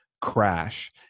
crash